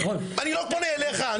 אני לא פונה אליך,